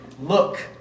look